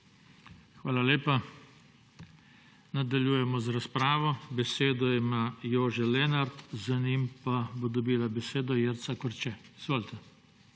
Hvala lepa. Nadaljujemo z razpravo. Besedo ima Jože Lenart. Za njim pa bo dobila besedo Jerca Korče. Izvolite.